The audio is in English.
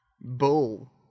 Bull